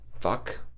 fuck